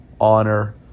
Honor